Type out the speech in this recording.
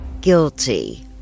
guilty